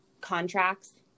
contracts